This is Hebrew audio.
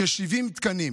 כ-70 תקנים.